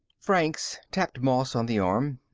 franks tapped moss on the arm.